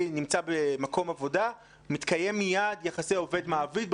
נמצא במקום עבודה מתקיימים מיד יחסי עובד-מעביד,